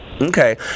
Okay